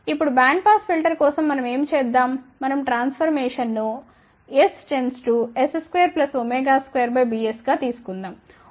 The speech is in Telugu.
ఇప్పుడు బ్యాండ్ పాస్ ఫిల్టర్ కోసం మనం ఏమి చేద్దాం మనం ట్రాన్ఫర్మేషన్నుs →s22Bsగా తీసుకుందాం